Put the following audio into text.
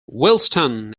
williston